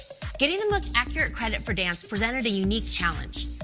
getting the most accurate credit for dance presented a unique challenge.